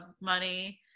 money